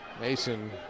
Mason